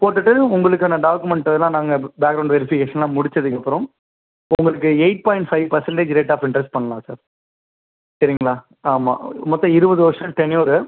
போட்டுட்டு உங்களுக்கான டாக்குமெண்ட்டலாம் நாங்கள் பேக்ரௌண்ட் வெரிஃபிகேஷன்லாம் முடிச்சதுக்கப்புறம் உங்களுக்கு eight point five percentage rate of interest பண்ணலாம் சார் சரிங்களா ஆமாம் மொத்தம் இருபது வருஷம் டென்யூரு